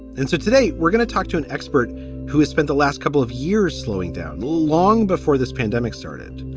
and so today we're gonna talk to an expert who has spent the last couple of years slowing down long before this pandemic started.